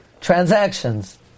transactions